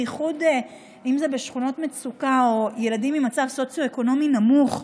אם זה בשכונות מצוקה או ילדים במצב סוציו-אקונומי נמוך,